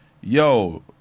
yo